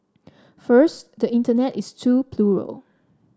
first the Internet is too plural